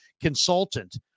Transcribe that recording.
consultant